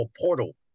portal